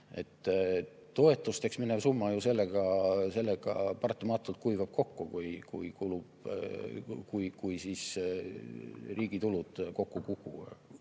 Toetusteks minev summa ju sellega paratamatult kuivab kokku, kui riigi tulud kokku